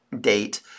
date